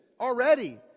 already